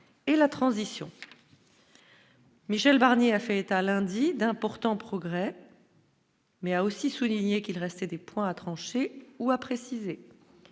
et la transition. Michel Barnier a fait état lundi d'importants progrès. Mais a aussi souligné qu'il restait des points a tranché ou à préciser,